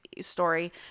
story